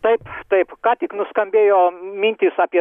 taip taip ką tik nuskambėjo mintys apie